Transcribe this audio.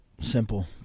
simple